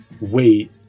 wait